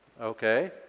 Okay